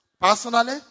Personally